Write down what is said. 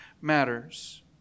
matters